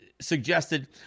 suggested